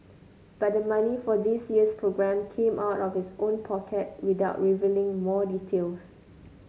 but the money for this year's programme came out of his own pocket without revealing more details